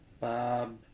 Bob